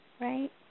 Right